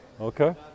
Okay